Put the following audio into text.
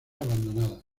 abandonadas